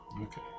Okay